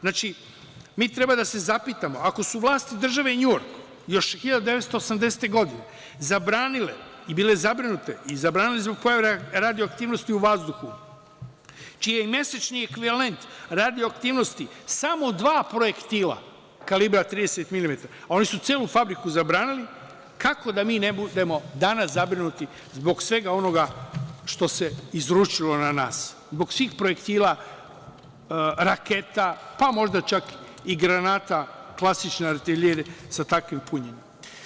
Znači, mi treba da se zapitamo, ako su vlasti Države NJujork još 1980. godine zabranile, bile zabrinute i zabranile zbog pojave radioaktivnosti u vazduhu, čiji je mesečni ekvivalent radioaktivnosti samo dva projektila kalibra 30 mm, a oni su celu fabriku zabranili, kako da mi ne budemo danas zabrinuti zbog svega onoga što se izručilo na nas, zbog svih projektila, raketa, pa možda čak i granata klasične artiljerije sa takvim punjenjem?